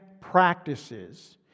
practices